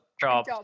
Job